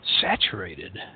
saturated